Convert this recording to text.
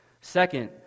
Second